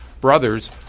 brothers